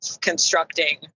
constructing